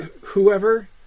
whoever